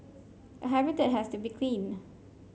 a habitat has to be clean